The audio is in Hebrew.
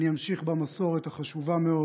אני אמשיך במסורת החשובה מאוד